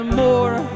more